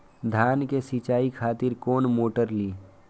धान के सीचाई खातिर कोन मोटर ली?